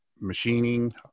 machining